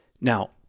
Now